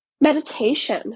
meditation